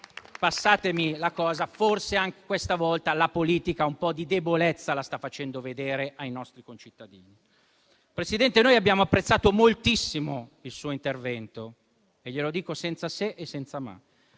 di dire che forse anche questa volta la politica un po' di debolezza la sta facendo vedere ai nostri concittadini. Presidente, noi abbiamo apprezzato moltissimo il suo intervento e glielo dico senza se e senza ma.